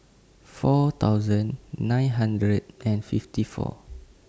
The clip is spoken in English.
four thousand nine hundred and fifty four